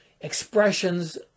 expressions